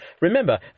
Remember